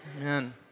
Amen